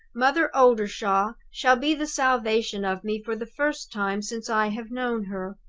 mother oldershaw shall be the salvation of me for the first time since i have known her.